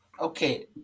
Okay